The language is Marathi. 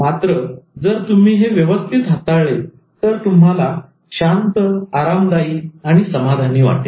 मात्र जर तुम्ही हे व्यवस्थित हाताळले तर तुम्हाला शांत आरामदायी आणि समाधान वाटेल